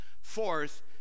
Fourth